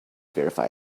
verify